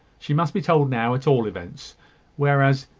she must be told now, at all events whereas,